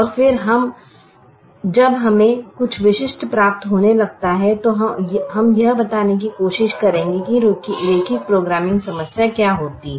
और फिर जब हमें कुछ विशिष्ट प्राप्त होने लगता है तो हम यह बताने की कोशिश करेंगे कि रैखिक प्रोग्रामिंग समस्या क्या होती है